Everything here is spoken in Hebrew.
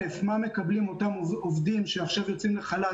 מה מקבלים אותם עובדים שעכשיו יוצאים לחל"ת